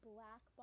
Black